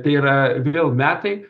tai yra vėl metai